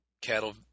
cattle